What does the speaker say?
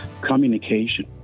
communication